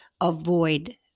avoid